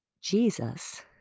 jesus